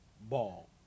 Ball